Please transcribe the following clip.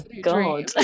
God